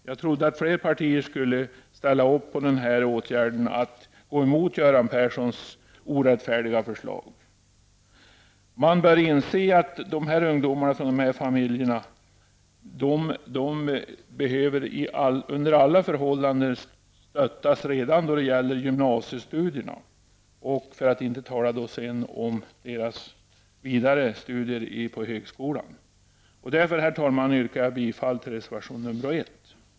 Jag trodde att flera partier skulle ställa upp på denna åtgärd och gå emot Göran Perssons orättfärdiga förslag. Man bör inse att dessa ungdomar behöver stöttas redan när det gäller gymnasiestudierna för att inte tala om deras vidare studier på högskola. Därför yrkar jag bifall till rereservation nr 1.